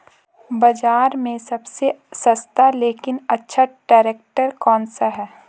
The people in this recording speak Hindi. बाज़ार में सबसे सस्ता लेकिन अच्छा ट्रैक्टर कौनसा है?